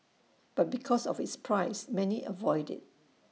but because of its price many avoid IT